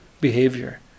behavior